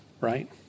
right